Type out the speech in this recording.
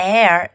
Air